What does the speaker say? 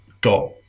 got